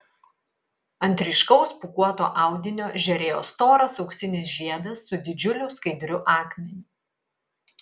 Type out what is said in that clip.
ant ryškaus pūkuoto audinio žėrėjo storas auksinis žiedas su didžiuliu skaidriu akmeniu